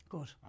Good